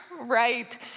right